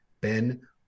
ben